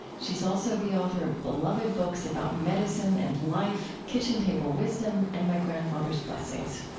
she's also the author of beloved books about medicine and life, kitchen table wisdom and my grandfather's blessings.